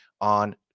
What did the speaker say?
on